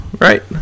right